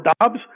Dobbs